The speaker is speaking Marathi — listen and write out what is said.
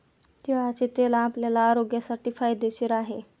तिळाचे तेल आपल्या आरोग्यासाठी फायदेशीर आहे